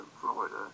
florida